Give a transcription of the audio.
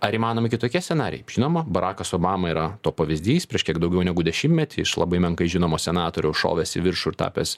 ar įmanomi kitokie scenarijai žinoma barakas obama yra to pavyzdys prieš kiek daugiau negu dešimtmetį iš labai menkai žinomo senatoriaus šovęs į viršų ir tapęs